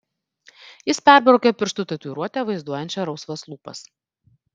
jis perbraukė pirštu tatuiruotę vaizduojančią rausvas lūpas